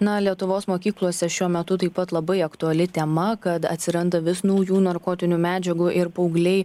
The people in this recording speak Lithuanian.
na lietuvos mokyklose šiuo metu taip pat labai aktuali tema kad atsiranda vis naujų narkotinių medžiagų ir paaugliai